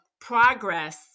progress